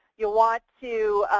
you want to